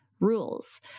rules